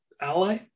ally